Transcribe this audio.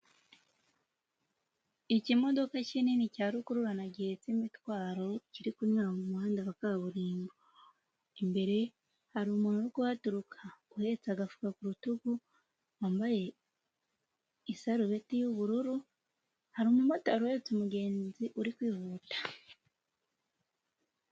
Ikimodoka kinini cya rukururana gihetse imitwaro, kiri kunyura mu muhanda wa kaburimbo. Imbere hari umuntu uri kuhaturuka uhetse agafuka ku rutugu, wambaye isarubeti y'ubururu, hari umumotari uhetse umugenzi uri kwihuta.